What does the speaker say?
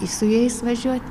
su jais važiuot